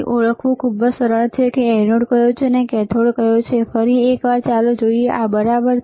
તેથી એ ઓળખવું ખૂબ જ સરળ છે કે એનોડ કયો છે જે કેથોડ છે ફરી એક વાર ચાલો જોઈએ કે આ બરાબર છે